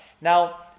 Now